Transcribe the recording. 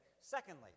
Secondly